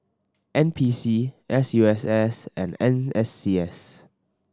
N P C S U S S and N S C S